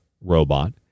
robot